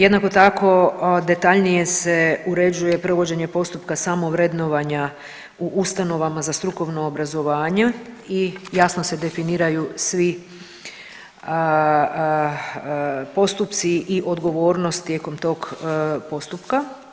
Jednako tako detaljnije se uređuje provođenje postupka samovrednovanja u ustanovama za strukovno obrazovanje i jasno se definiraju svi postupci i odgovornost tijekom tog postupka.